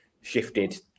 shifted